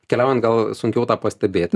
keliaujant gal sunkiau tą pastebėti